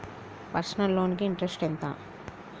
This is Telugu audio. పర్సనల్ లోన్ కి ఇంట్రెస్ట్ ఎంత?